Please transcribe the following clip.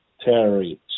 terrorists